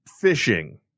fishing